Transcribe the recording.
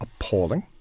appalling